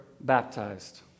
baptized